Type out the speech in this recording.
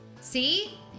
See